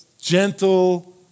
gentle